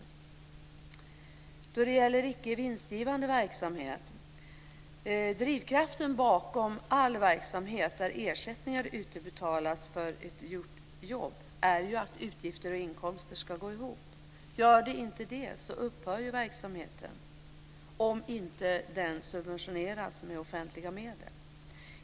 När det gäller icke vinstgivande verksamhet är drivkraften bakom all verksamhet där ersättningar utbetalas för ett gjort jobb att utgifter och inkomster ska gå ihop. Gör de inte det upphör verksamheten, om den inte subventioneras med offentliga medel.